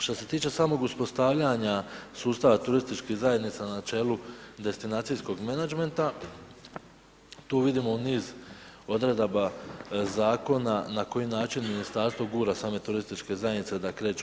Što se tiče samog uspostavljanja sustava turističkih zajednica na čelu destinacijskog menadžmenta, tu vidimo niz odredaba zakona na koji način Ministarstvo gura same turističke zajednice da kreću.